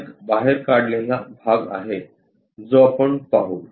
हा एक बाहेर काढलेला भाग आहे जो आपण पाहू